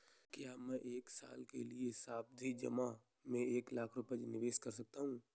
क्या मैं एक साल के लिए सावधि जमा में एक लाख रुपये निवेश कर सकता हूँ?